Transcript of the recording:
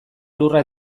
lurra